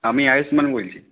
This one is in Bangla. আমি আয়ুষ্মান বলছি